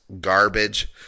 garbage